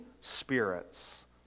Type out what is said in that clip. spirits